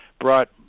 brought